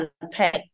unpack